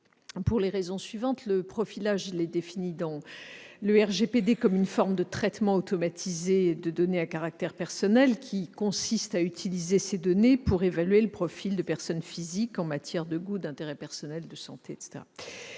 Gouvernement ? Le profilage est défini dans le RGPD comme une forme de traitement automatisé de données à caractère personnel qui consiste à utiliser ces données pour évaluer le profil de personnes physiques en matière de goûts, d'intérêts personnels, de santé, etc.